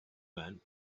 when